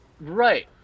Right